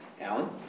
Alan